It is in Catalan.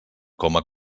coma